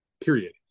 period